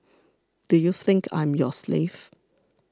do you think I'm your slave